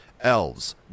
elves